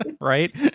right